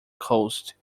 coast